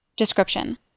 Description